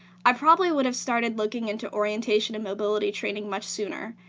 i probably would have started looking into orientation and mobility training much sooner,